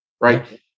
right